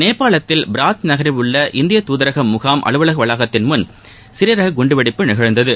நேபாளத்தில் பிராத் நகரில் உள்ள இந்திய துதரக முகாம் அலுவலக வளாகத்தின் முன் சிறிய ரக குண்டுவெடிப்பு நிகழ்ந்தது